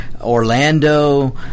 Orlando